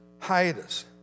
hiatus